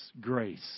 Grace